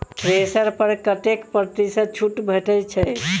Thresher पर कतै प्रतिशत छूट भेटय छै?